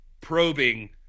probing